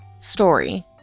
story